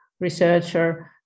researcher